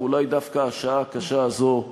ואולי דווקא השעה הקשה הזו,